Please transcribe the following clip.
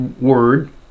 word